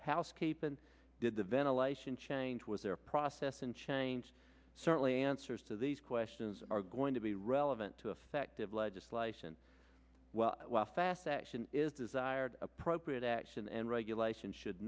housekeeping did the ventilation change was there a process and change certainly answers to these questions are going to be relevant to affective legislation well fast action is desired appropriate action and regulation should